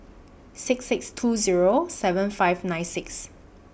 six six two Zero seven five nine six